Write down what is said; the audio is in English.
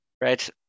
Right